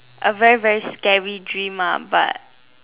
a very very scary dream lah but